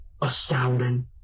astounding